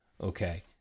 okay